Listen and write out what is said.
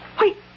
Wait